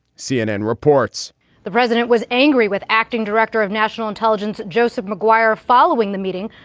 cnn reports the president was angry with acting director of national intelligence joseph mcguire following the meeting,